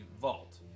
Vault